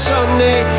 Sunday